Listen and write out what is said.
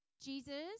Jesus